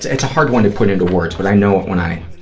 it's a hard one to put into words but i know it when i,